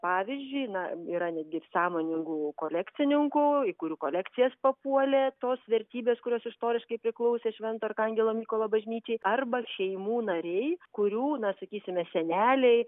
pavyzdžiui na yra netgi sąmoningų kolekcininkų į kurių kolekcijas papuolė tos vertybės kurios istoriškai priklausė švento arkangelo mykolo bažnyčiai arba šeimų nariai kurių na sakysime seneliai